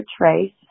Trace